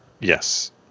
Yes